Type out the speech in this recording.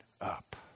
up